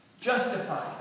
Justified